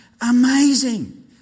amazing